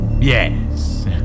Yes